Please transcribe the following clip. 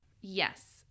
Yes